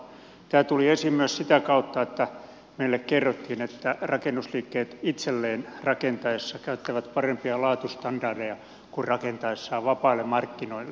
tämä tuli esiin myös sitä kautta että meille kerrottiin että rakennusliikkeet itselleen rakentaessaan käyttävät parempia laatustandardeja kuin rakentaessaan vapaille markkinoille